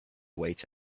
wait